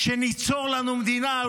שניצור לנו מדינה.